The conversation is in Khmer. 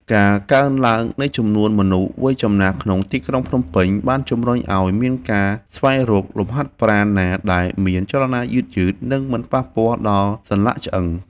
ការកើនឡើងនៃចំនួនមនុស្សវ័យចំណាស់ក្នុងទីក្រុងភ្នំពេញ បានជំរុញឱ្យមានការស្វែងរកលំហាត់ប្រាណណាដែលមានចលនាយឺតៗ និងមិនប៉ះពាល់ដល់សន្លាក់ឆ្អឹង។